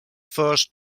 first